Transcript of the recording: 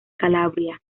calabria